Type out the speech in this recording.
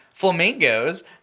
Flamingos